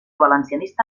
valencianista